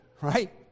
right